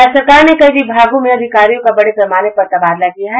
राज्य सरकार ने कई विभागों में अधिकारियों का बड़े पैमाने पर तबादला किया है